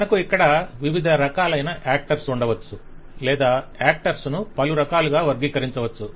మనకు ఇక్కడ వివిధ రకాలైన యాక్టర్స్ ఉండవచ్చు లేదా యాక్టర్స్ ను పలు రకాలుగా వర్గీకరించవచ్చు